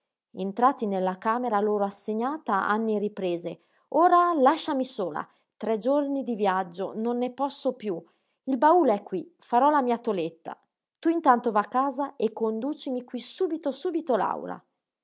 entrati nella camera loro assegnata anny riprese ora lasciami sola tre giorni di viaggio non ne posso piú il baule è qui farò la mia toletta tu intanto va a casa e conducimi qui subito subito laura